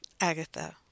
Agatha